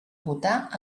votar